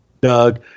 Doug